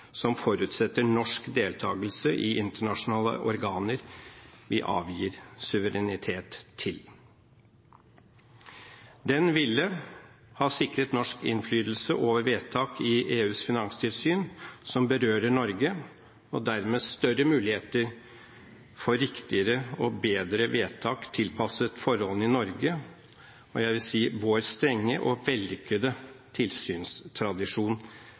som forutsetter norsk deltakelse i internasjonale organer vi avgir suverenitet til. Den ville ha sikret norsk innflytelse over vedtak i EUs finanstilsyn som berører Norge, og dermed større muligheter for riktigere og bedre vedtak tilpasset forholdene i Norge og jeg vil si vår strenge og vellykkede tilsynstradisjon